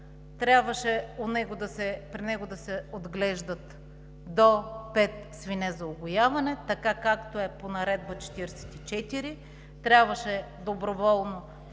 Трябваше при него да се отглеждат до пет свине за угояване, както е по Наредба № 44, трябваше доброволно